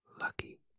Lucky